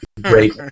great